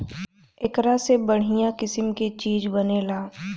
एकरा से बढ़िया किसिम के चीज बनेला